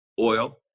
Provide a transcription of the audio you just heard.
Oil